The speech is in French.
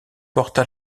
porta